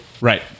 Right